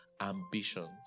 Ambitions